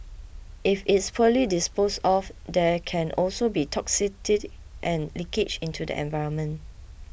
if it's poorly disposed of there can also be toxicity and leakage into the environment